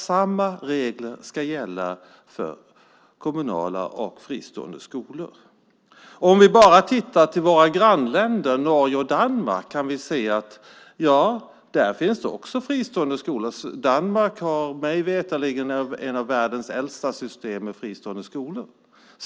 Samma regler ska gälla för kommunala och fristående skolor. Om vi tittar på våra grannländer Norge och Danmark kan vi se att det där också finns fristående skolor. Danmark har mig veterligen en av världens äldsta system med fristående skolor.